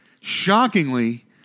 shockingly